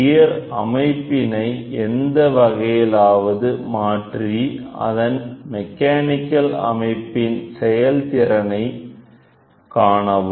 gear அமைப்பினை எந்த வகையிலாவது மாற்றி அதன் மெக்கானிக்கல் அமைப்பின் செயல்திறனை காணவும்